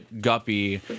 Guppy